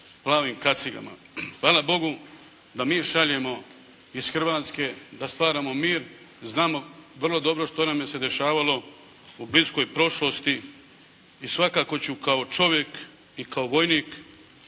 Hvala Bogu da mir šaljemo iz Hrvatske, da stvaramo mir, znamo vrlo dobro što nam se dešavalo u bliskoj prošlosti i svakako ću kao čovjek i kao vojnik